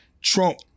Trump